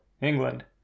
England